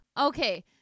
okay